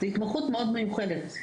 זאת התמחות מאוד מיוחדת,